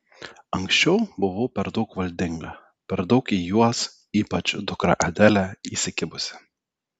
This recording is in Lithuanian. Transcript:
anksčiau buvau per daug valdinga per daug į juos ypač dukrą adelę įsikibusi